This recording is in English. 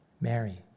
Mary